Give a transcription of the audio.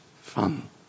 fun